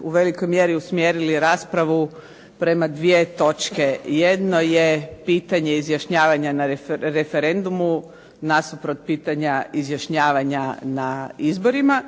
u velikoj mjeri usmjerili raspravu prema 2 točke. Jedno je pitanje izjašnjavanja na referendumu nasuprot pitanja izjašnjavanja na izborima